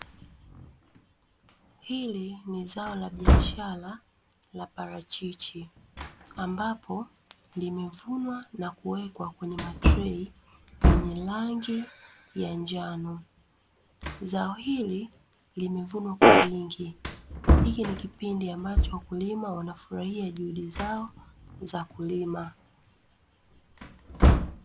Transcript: Hili ni zao la biashara la parachichi, ambapo limevunwa na kuwekwa kwenye matrei yenye rangi ya njano. Zao hili limevunwa kwa wingi. Hiki ni kipindi ambacho wakulima wanafurahia juhudi zao za kulima.